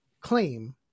claim